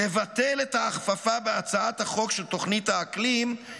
לבטל את ההכפפה לשיקולים כלכליים בהצעת החוק של תוכנית האקלים.